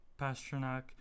Pasternak